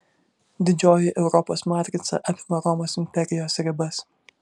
didžioji europos matrica apima romos imperijos ribas